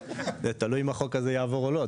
זה תלוי אם החוק הזה יעבור או לא.